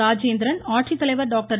ராஜேந்திரன் ஆட்சித்தலைவர் டாக்டர்